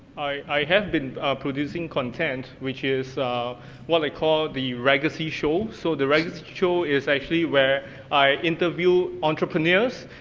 i have been producing content, which is what i call the raygacy show, so the raygacy show is actually where i interview entrepreneurs,